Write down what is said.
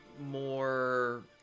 more